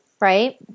right